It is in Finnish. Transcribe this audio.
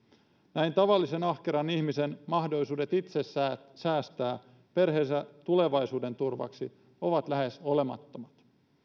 näin tavallisen ahkeran ihmisen mahdollisuudet itse säästää perheensä tulevaisuuden turvaksi ovat lähes olemattomat